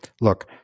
look